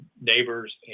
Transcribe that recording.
neighbors